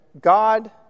God